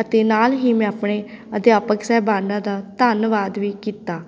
ਅਤੇ ਨਾਲ ਹੀ ਮੈਂ ਆਪਣੇ ਅਧਿਆਪਕ ਸਾਹਿਬਾਨਾਂ ਦਾ ਧੰਨਵਾਦ ਵੀ ਕੀਤਾ